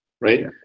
right